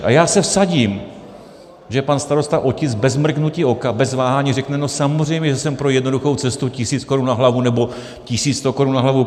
A já se vsadím, že pan starosta Otic bez mrknutí oka, bez váhání řekne: No samozřejmě že jsem pro jednoduchou cestu 1 000 korun na hlavu, nebo 1 100 korun na hlavu.